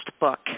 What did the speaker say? book